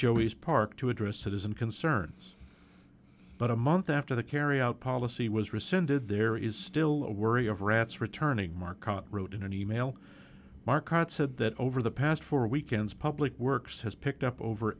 joey's park to address citizen concerns but a month after the carry out policy was rescinded there is still worry of rats returning market wrote in an email market said that over the past four weekends public works has picked up over